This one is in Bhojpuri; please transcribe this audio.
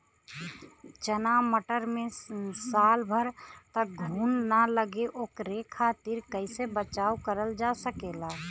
चना मटर मे साल भर तक घून ना लगे ओकरे खातीर कइसे बचाव करल जा सकेला?